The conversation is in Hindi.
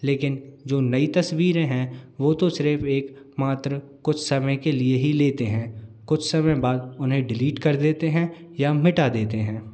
लेकिन जो नई तस्वीरें हैं वो तो सिर्फ एक मात्र कुछ समय के लिए ही लेते हैं कुछ समय बाद उन्हें डिलीट कर देते हैं या मिटा देते हैं